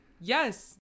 Yes